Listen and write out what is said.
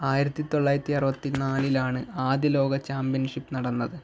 ആയിരത്തി തൊള്ളായിരത്തി അറുപത്തിനാലിലാണ് ആദ്യ ലോക ചാമ്പ്യൻഷിപ്പ് നടന്നത്